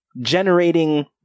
generating